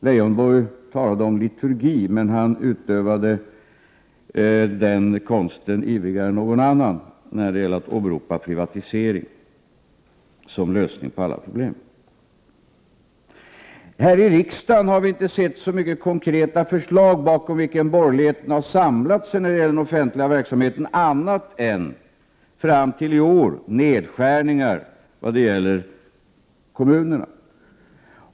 Leijonborg talade om liturgi, men han utövade själv den konsten ivrigare än någon annan när det gällde att åberopa privatisering som lösning på alla problem. Här i riksdagen har vi inte sett så många konkreta förslag bakom vilka borgerligheten har samlat sig i fråga om den offentliga verksamheten annat än, fram till i år, nedskärningar vad gäller kommunerna.